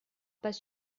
pas